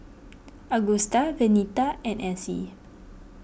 Augusta Venita and Essie